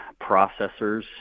processors